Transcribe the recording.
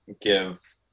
give